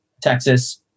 texas